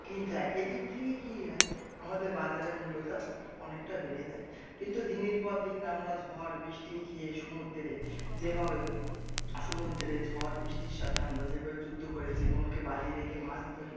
কিনতে হয় এদিক থেকে কী হয় আমাদের বাজারে মূল্য যা অনেকটা বেড়ে যায় কিন্তু দিনের পর দিন আমরা ঝড় বৃষ্টি খেয়ে সমুদ্রে যেভাবে সমুদ্রে ঝড় বৃষ্টির সাথে আমরা যেভাবে যুদ্ধ করে জীবনকে বাজি রেখে মাছ ধরি